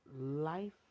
life